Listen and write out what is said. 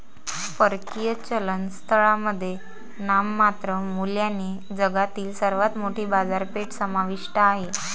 परकीय चलन स्थळांमध्ये नाममात्र मूल्याने जगातील सर्वात मोठी बाजारपेठ समाविष्ट आहे